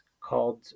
called